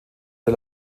der